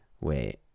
wait